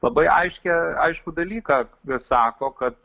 labai aiškią aiškų dalyką sako kad